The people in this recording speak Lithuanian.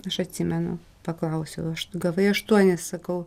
aš atsimenu paklausiau ašt gavai aštuonis sakau